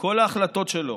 כל ההחלטות שלו